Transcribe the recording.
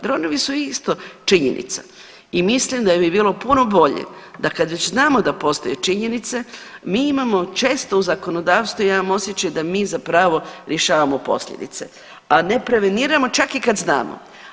Dronovi su isto činjenica i mislim da bi bilo puno bolje da kad već znamo da postoje činjenice mi imamo često u zakonodavstvu, ja imam osjećaj da mi zapravo rješavamo posljedice, a ne preveniramo čak ni kad znamo.